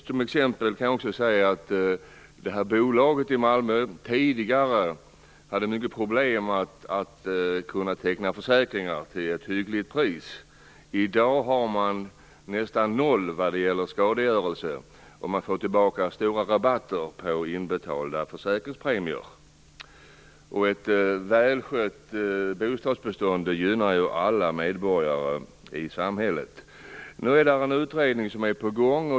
Som exempel kan jag också säga att bolaget MKB i Malmö tidigare hade stora problem med att teckna försäkringar till ett hyggligt pris. I dag ligger kostnaden för skadegörelse på nästan noll, och man får tillbaka stora rabatter på inbetalda försäkringspremier. Ett välskött bostadsbestånd gynnar alla medborgare i samhället. Nu är en utredning på gång.